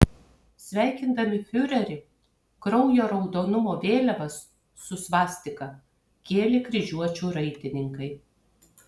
sveikindami fiurerį kraujo raudonumo vėliavas su svastika kėlė kryžiuočių raitininkai